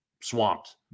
swamped